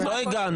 עוד לא הגענו.